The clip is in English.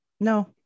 No